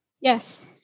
Yes